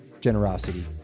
generosity